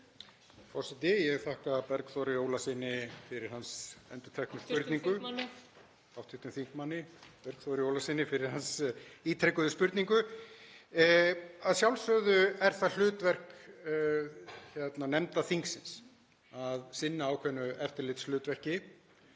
Forseti. Ég þakka hv. þm. Bergþóri Ólasyni fyrir hans ítrekuðu spurningu. Að sjálfsögðu er það hlutverk nefnda þingsins að sinna ákveðnu eftirlitshlutverki.